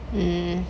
mm